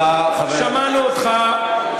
שמענו אותך,